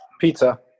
Pizza